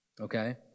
okay